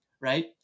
right